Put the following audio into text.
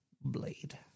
blade